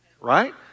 Right